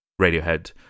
Radiohead